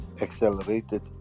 accelerated